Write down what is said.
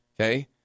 okay